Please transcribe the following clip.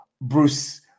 Bruce